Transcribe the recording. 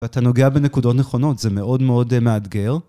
ואתה נוגע בנקודות נכונות, זה מאוד מאוד מאתגר.